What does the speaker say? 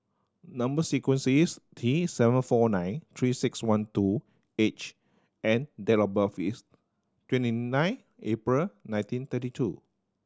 number sequence is T seven four nine Three Six One two H and date of birth is twenty nine April nineteen thirty two